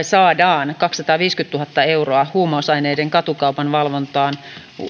saadaan kaksisataaviisikymmentätuhatta euroa huumausaineiden katukaupan valvontaan